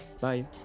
Bye